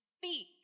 speak